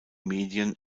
medien